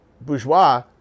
bourgeois